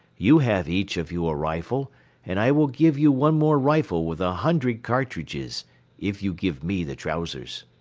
you have each of you a rifle and i will give you one more rifle with a hundred cartridges if you give me the trousers.